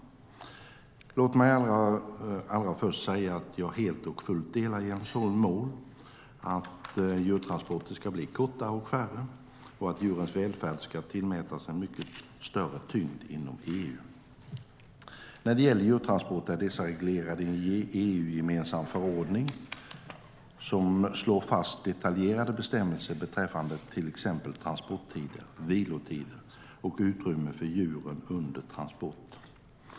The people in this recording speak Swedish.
Låt mig allra först säga att jag helt och fullt delar Jens Holms mål att djurtransporterna ska bli kortare och färre och att djurens välfärd ska tillmätas en mycket större tyngd inom EU. Djurtransporter är reglerade i en EU-gemensam förordning som slår fast detaljerade bestämmelser beträffande till exempel transporttider, viloperioder och utrymmen för djuren under transport.